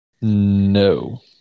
No